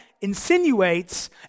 insinuates